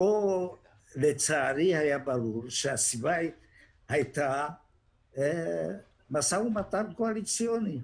כאן לצערי ברור שהסיבה הייתה משא ומתן קואליציוני.